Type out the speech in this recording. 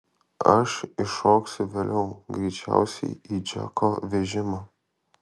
aš įšoksiu vėliau greičiausiai į džeko vežimą